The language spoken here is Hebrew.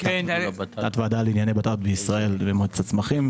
תת-ועדה לענייני בטטות בישראל ובמועצת הצמחים.